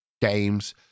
games